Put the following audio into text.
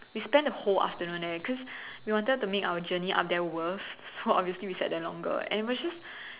we spent the whole afternoon there cause we wanted to make our journey up there worth so obviously we sat there longer and it was just